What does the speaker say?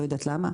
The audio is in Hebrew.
לא יודעת למה.